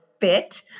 fit